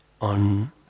on